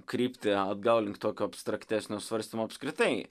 kryptį atgal link tokio abstraktesnio svarstymo apskritai